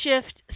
Shift